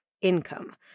Income